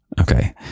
Okay